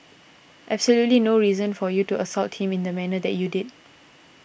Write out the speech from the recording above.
absolutely no reason for you to assault him in the manner that you did